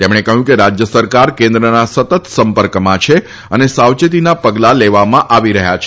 તેમણે કહયું કે રાજય સરકાર કેન્દ્રના સતત સંપર્કમાં છે અને સાવચેતીના પગલાં લેવામાં આવી રહ્યાં છે